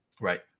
right